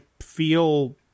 feel